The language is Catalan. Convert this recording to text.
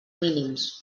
mínims